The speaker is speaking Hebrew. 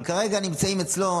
אבל הם כרגע נמצאים אצלו,